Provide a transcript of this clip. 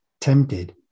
tempted